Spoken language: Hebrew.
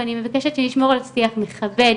ואני מבקשת שנשמור על שיח מכבד,